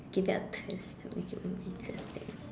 give it a twist to make it more interesting